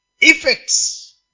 effects